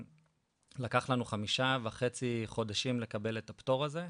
לקח לנו חמישה וחצי חודשים לקבל את הפטור הזה,